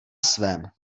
svém